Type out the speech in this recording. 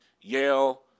Yale